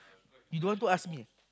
you don't want to ask me